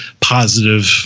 positive